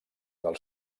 del